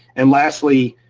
and lastly,